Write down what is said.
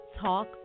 Talk